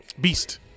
Beast